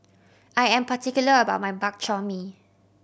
I am particular about my Bak Chor Mee